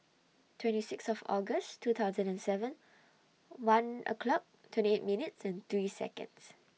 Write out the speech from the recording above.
twenty six of August two thousand and seven one o'clock twenty eight minutes and three Seconds